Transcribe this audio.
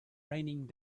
raining